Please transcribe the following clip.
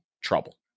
trouble